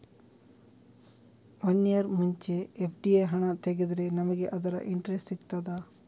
One year ಮುಂಚೆ FD ಹಣ ತೆಗೆದ್ರೆ ನಮಗೆ ಅದರ ಇಂಟ್ರೆಸ್ಟ್ ಸಿಗ್ತದ?